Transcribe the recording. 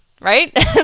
right